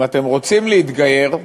אם אתם רוצים להתגייר,